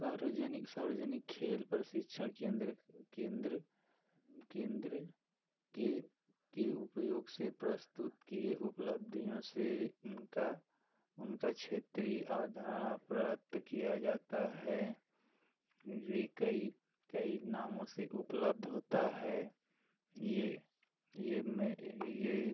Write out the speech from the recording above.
सार्वजनिक सार्वजनिक खेल प्रशिक्षण केन्द्र केन्द्र केन्द्र के के उपयोग से प्रस्तुत किए उपलब्धियों से उनका उनका क्षेत्रीय और धारणा प्रवत्त किया जाता है वे कई कई नामों से उपलब्ध होता है ये ये मैं ये